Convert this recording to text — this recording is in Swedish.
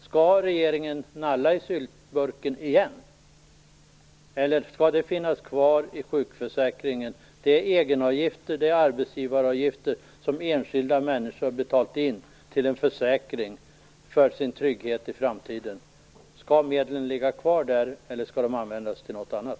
Skall regeringen nalla i syltburken igen, eller skall medlen finnas kvar i sjukförsäkringen. Jag tänker då på de egenavgifter och arbetsgivaravgifter som enskilda människor har betalat in till en försäkring som en trygghet för framtiden. Skall de medlen ligga kvar eller skall de användas till något annat?